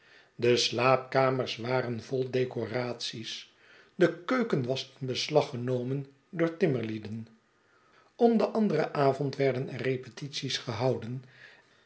de slaapkamers waren vol decoraties de keuken was in beslag genomen door timmerlieden om den anderen avond werden er repetities gehouden